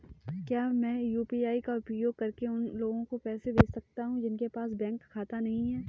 क्या मैं यू.पी.आई का उपयोग करके उन लोगों को पैसे भेज सकता हूँ जिनके पास बैंक खाता नहीं है?